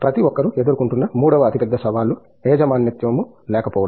ప్రతి ఒక్కరూ ఎదుర్కొంటున్న మూడవ అతిపెద్ద సవాలు యజమానత్వము లేకపోవడం